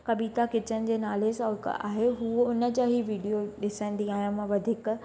कविता kitchen जे नाले सां हिक आहे हुओ हुन जा ई वीडियो ॾिसंदी आहियां मां वधीक